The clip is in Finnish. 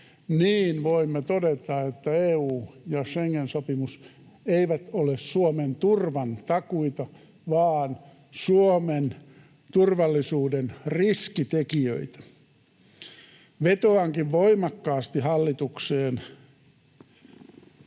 niin voimme todeta, että EU ja Schengen-sopimus eivät ole Suomen turvan takuita vaan Suomen turvallisuuden riskitekijöitä. Vetoankin voimakkaasti hallitukseen: